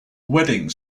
wedding